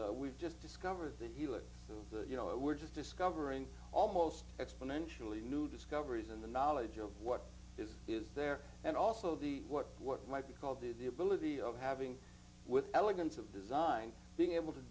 base we've just discovered that he lived through the you know we're just discovering almost exponentially new discoveries in the knowledge of what is is d there and also the what what might be called the ability of having with elegance of design being able to